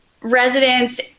residents